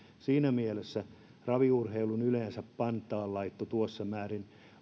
siinä mielessä raviurheilun yleensä pantaan laitto tuossa määrin